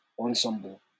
ensemble